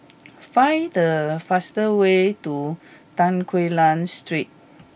find the fast way to Tan Quee Lan Street